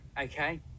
Okay